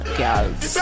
girls